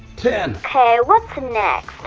ten. okay, what's and next,